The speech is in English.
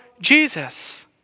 Jesus